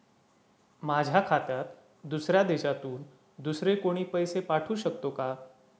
माझ्या खात्यात दुसऱ्या देशातून दुसरे कोणी पैसे पाठवू शकतो का?